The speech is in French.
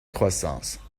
croissance